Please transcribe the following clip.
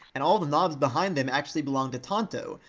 and all the knobs behind them actually belong to tonto,